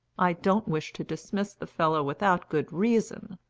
i don't wish to dismiss the fellow without good reason,